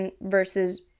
versus